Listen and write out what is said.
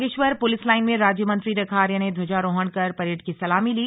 Bageshwar police line में राज्य मंत्री रेखा आर्या ने ध्वाजारोहण कर परेड की सलामी ली